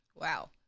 Wow